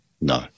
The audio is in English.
no